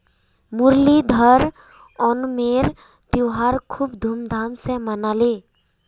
मुरलीधर ओणमेर त्योहार खूब धूमधाम स मनाले